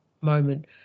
moment